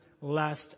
last